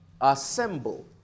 assemble